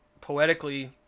poetically